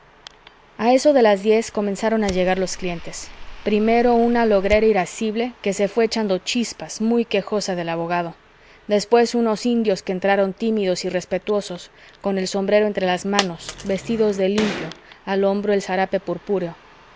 a eso de las diez comenzaron a llegar los clientes primero una logrera irascible que se fué echando chispas muy quejosa del abogado después unos indios que entraron tímidos y respetuosos con el sombrero entre las manos vestidos de limpio al hombro el zarape